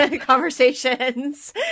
conversations